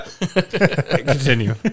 Continue